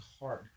hard